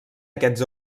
aquests